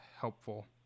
helpful